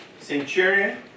centurion